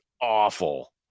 awful